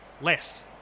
less